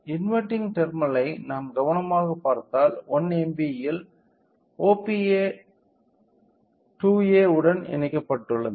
inverting terminal ஐ நாம் கவனமாகப் பார்த்தால் 1 mb இல் OPA 2A உடன் இணைக்கப்பட்டுள்ளது